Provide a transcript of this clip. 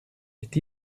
est